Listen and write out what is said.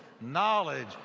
knowledge